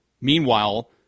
Meanwhile